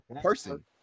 person